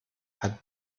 hat